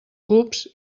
cups